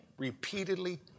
repeatedly